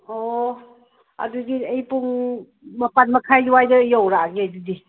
ꯑꯣ ꯑꯗꯨꯗꯤ ꯑꯩ ꯄꯨꯡ ꯃꯥꯄꯜ ꯃꯈꯥꯏ ꯑꯗꯨꯋꯥꯏꯗ ꯌꯧꯔꯛꯑꯒꯦ ꯑꯗꯨꯗꯤ